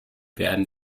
werden